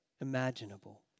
imaginable